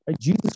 Jesus